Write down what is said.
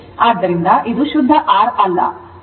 ಆದ್ದರಿಂದ ಇದು ಶುದ್ಧ R ಅಲ್ಲ